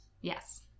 yes